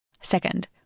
Second